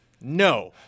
No